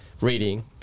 reading